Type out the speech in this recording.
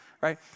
right